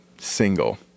single